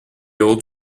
old